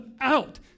out